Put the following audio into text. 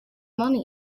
money